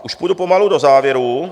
Už půjdu pomalu do závěru.